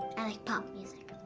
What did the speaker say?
i like pop music,